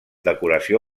decoració